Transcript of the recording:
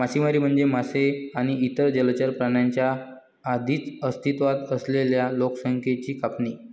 मासेमारी म्हणजे मासे आणि इतर जलचर प्राण्यांच्या आधीच अस्तित्वात असलेल्या लोकसंख्येची कापणी